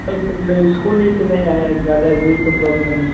नहीं सर मैं स्कूल ही तो नहीं आया ज़्यादा यही तो प्रॉब्लम है